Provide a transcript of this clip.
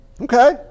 Okay